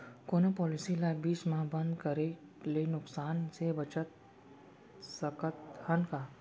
कोनो पॉलिसी ला बीच मा बंद करे ले नुकसान से बचत सकत हन का?